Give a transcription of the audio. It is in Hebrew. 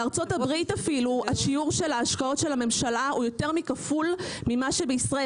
בארצות הברית השיעור של ההשקעות של הממשלה הוא יותר מכפול מאשר בישראל.